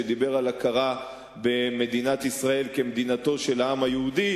שדיברו על הכרה במדינת ישראל כמדינתו של העם היהודי.